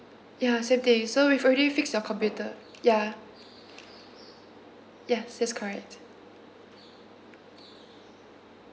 ya same thing so we've already fix our computer ya ya that's correct